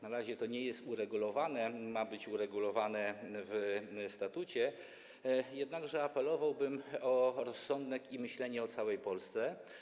Na razie to nie jest uregulowane, ma być uregulowane w statucie, jednakże apelowałbym o rozsądek i myślenie o całej Polsce.